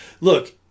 Look